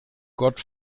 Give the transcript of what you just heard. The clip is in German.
gott